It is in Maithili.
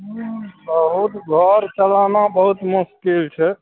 बहुत घर चलाना बहुत मुश्किल छै